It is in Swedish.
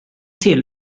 till